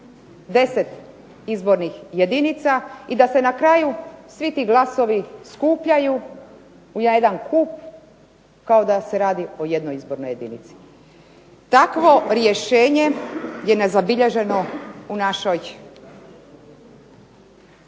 10 izbornih jedinica i da se na kraju svi ti glasovi skupljaju na jedan kup kao da se radi o jednoj izbornoj jedinici. Takvo rješenje je nezabilježeno u našoj